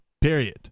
Period